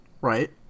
Right